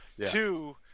two